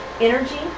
energy